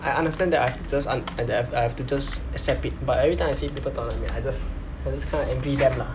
I understand that I have to just un~ I I have to just accept it but everytime I see people taller than me I just I just kind of envy them lah